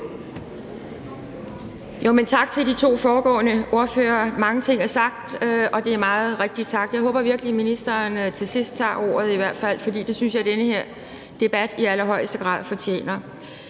Tak til de to foregående ordførere. Mange ting er sagt, og meget er rigtigt sagt. Jeg håber virkelig, ministeren tager ordet, til sidst i hvert fald, for det synes jeg at den her debat i allerhøjeste grad fortjener.